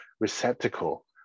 receptacle